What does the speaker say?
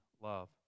love